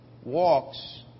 walks